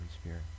Spirit